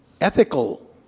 ethical